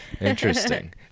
interesting